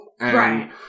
Right